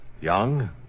young